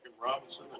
Robinson